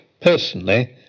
Personally